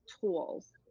tools